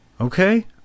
Okay